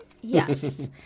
Yes